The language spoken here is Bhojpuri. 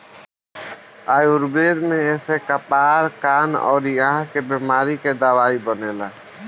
आयुर्वेद में एसे कपार, कान अउरी आंख के बेमारी के दवाई बनेला